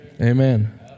Amen